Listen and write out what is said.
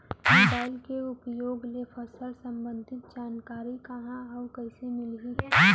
Mobile के उपयोग ले फसल सम्बन्धी जानकारी कहाँ अऊ कइसे मिलही?